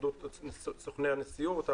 התאחדות סוכני הנסיעות,